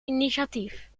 initiatief